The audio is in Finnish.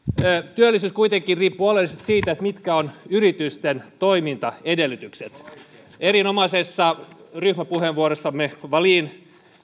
työllisyys kuitenkin riippuu oleellisesti siitä mitkä ovat yritysten toimintaedellytykset erinomaisessa ryhmäpuheenvuorossamme edustaja wallin